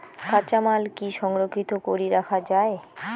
কাঁচামাল কি সংরক্ষিত করি রাখা যায়?